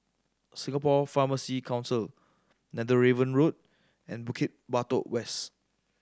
Singapore Pharmacy Council Netheravon Road and Bukit Batok West